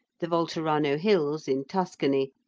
the volterrano hills in tuscany,